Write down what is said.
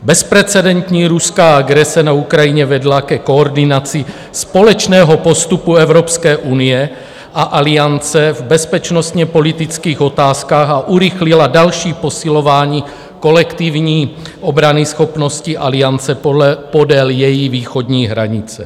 Bezprecedentní ruská agrese na Ukrajině vedla ke koordinaci společného postupu Evropské unie a Aliance v bezpečnostněpolitických otázkách a urychlila další posilování kolektivní obranyschopnosti Aliance podél její východní hranice.